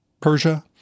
Persia